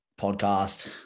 podcast